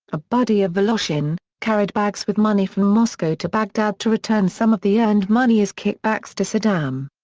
a buddy of voloshin, carried bags with money from moscow to baghdad to return some of the earned money as kickbacks to saddam.